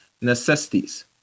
necessities